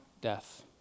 death